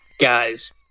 Guys